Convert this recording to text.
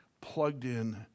plugged-in